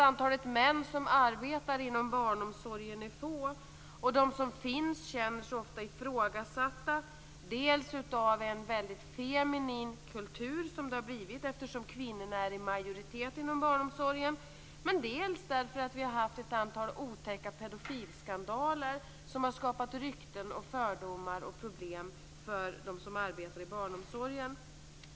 Antalet män som arbetar inom barnomsorgen är få, och de som finns känner sig ofta ifrågasatta, dels av en väldigt feminin kultur som har uppstått därför att kvinnorna är i majoritet inom barnomsorgen, dels därför att vi har haft ett antal otäcka pedofilskandaler som har skapat rykten, fördomar och problem för dem som arbetar inom barnomsorgen.